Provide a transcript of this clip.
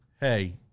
hey